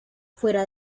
fuera